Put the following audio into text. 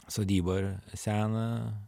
sodybą seną